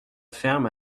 ferme